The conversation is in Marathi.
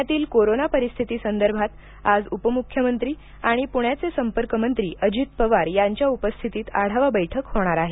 पुण्यातील कोरोना परिस्थिती संदर्भात आज उपमुख्यमंत्री आणि पुण्याचे संपर्क मंत्री अजित पवार यांच्या उपस्थितीत आढावा बैठक होणार आहे